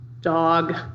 dog